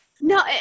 No